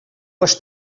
les